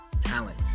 talent